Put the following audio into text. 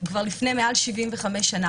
כבר לפני למעלה מ-75 שנה,